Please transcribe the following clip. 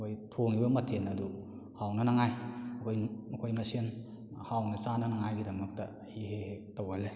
ꯑꯩꯈꯣꯏ ꯊꯣꯡꯏꯕ ꯃꯊꯦꯟ ꯑꯗꯨ ꯍꯥꯎꯅꯅꯉꯥꯏ ꯑꯩꯈꯣꯏꯅ ꯃꯈꯣꯏ ꯃꯁꯦꯟ ꯍꯥꯎꯅ ꯆꯥꯅꯅꯉꯥꯏꯒꯤ ꯗꯃꯛꯇ ꯑꯩ ꯍꯦꯛ ꯍꯦꯛ ꯇꯧꯒꯜꯂꯦ